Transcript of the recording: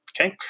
Okay